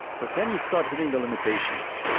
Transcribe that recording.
but then you start hitting the limitations.